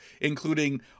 including